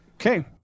Okay